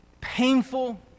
painful